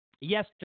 Yes